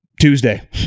Tuesday